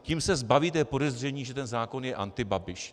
Tím se zbavíte podezření, že ten zákon je antibabiš.